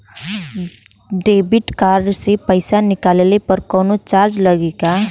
Debit card से पैसा निकलले पर कौनो चार्ज लागि का?